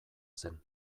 zen